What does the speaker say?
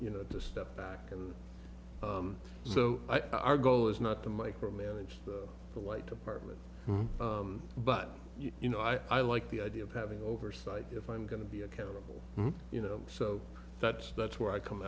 you know to step back and so i our goal is not to micromanage the like department but you know i like the idea of having oversight if i'm going to be accountable you know so that's that's where i come